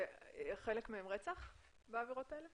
שחלק מהם רצח בעבירות האלה?